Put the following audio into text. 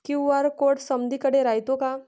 QR code समदीकडे रायतो का?